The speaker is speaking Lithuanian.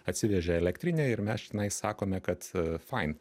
atsivežė elektrinę ir mes čenai sakome kad fain